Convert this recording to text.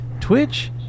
Twitch